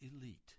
elite